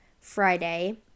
Friday